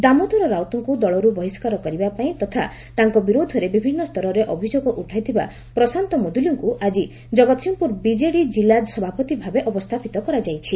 ଦାମୋଦର ରାଉତଙ୍କୁ ଦଳରୁ ବହିଷ୍କାର କରିବା ପାଇଁ ତଥା ତାଙ୍କ ବିରୁଦ୍ଧରେ ବିଭିନ୍ନ ସ୍ତରରେ ଅଭିଯୋଗ ଉଠାଇଥିବା ପ୍ରଶାନ୍ତ ମୁଦୁଲିଙ୍କୁ ଆଜି ଜଗତସିଂହପୁର ବିଜେଡ଼ି ଜିଲ୍ଲ ସଭାପତି ଭାବେ ଅବସ୍ସାପିତ କରାଯାଇଛି